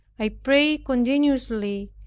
i prayed continually,